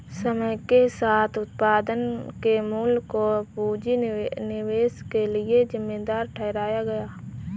समय के साथ उत्पादन के मूल्य को पूंजी निवेश के लिए जिम्मेदार ठहराया गया